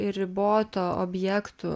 ir riboto objektų